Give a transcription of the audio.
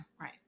right